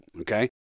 Okay